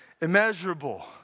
immeasurable